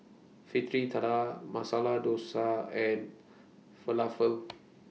Fritada Masala Dosa and Falafel